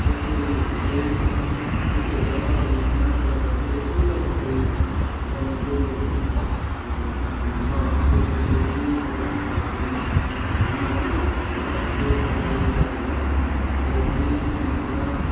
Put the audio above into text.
त्यो पोखरीहरू चाहिँ फुटेर अनि त्यो पाँचवटाबाट चाहिँ एउटा पोखरी बन्नेको छ त्यो पोखरी पनि पर्यटकहरूको लागि घुम्ने राम्रो स्थलहरू छ हुनु चाहिँ गाडी जाँदैन तरै पनि त्यहाँनिर